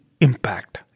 impact